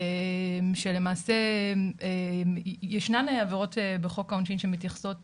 שלמעשה ישנן עבירות בחוק העונשין שמתייחסות